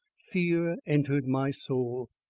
fear entered my soul,